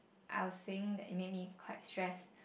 I was saying that it made me quite stress